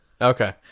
Okay